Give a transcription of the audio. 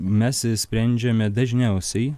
mes išsprendžiame dažniausiai